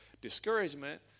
discouragement